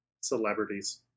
celebrities